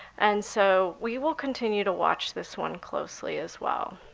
and so we will continue to watch this one closely as well.